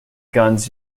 guns